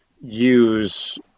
use